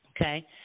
Okay